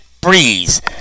breeze